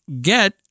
get